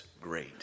great